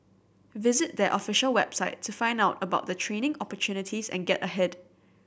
visit their official website to find out about the training opportunities and get ahead